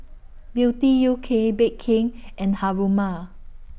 Beauty U K Bake King and Haruma